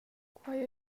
quei